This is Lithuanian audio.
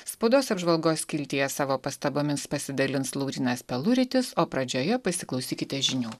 spaudos apžvalgos skiltyje savo pastabomis pasidalins laurynas peluritis o pradžioje pasiklausykite žinių